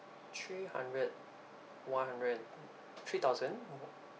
three hundred one hundred three thousand